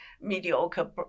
mediocre